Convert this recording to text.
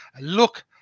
Look